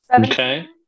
Okay